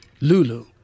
Lulu